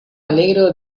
alegro